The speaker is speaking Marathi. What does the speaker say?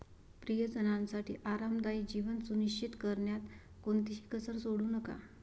प्रियजनांसाठी आरामदायी जीवन सुनिश्चित करण्यात कोणतीही कसर सोडू नका